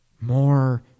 More